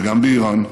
וגם באיראן,